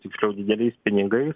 tiksliau dideliais pinigais